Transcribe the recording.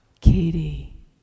Katie